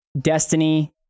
Destiny